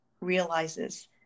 realizes